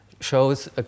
shows